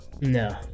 No